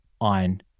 on